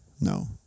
No